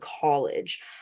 college